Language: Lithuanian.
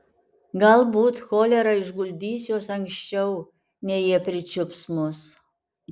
galbūt cholera išguldys juos anksčiau nei jie pričiups mus